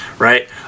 Right